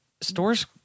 Stores